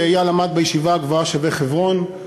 ואיל למד בישיבה הגבוהה "שבי חברון".